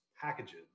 packages